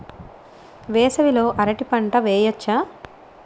వేసవి లో అరటి పంట వెయ్యొచ్చా?